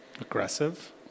Aggressive